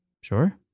Sure